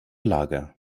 lager